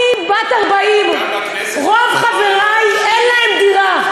אני בת 40, ורוב חברי, אין להם דירה.